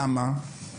למה?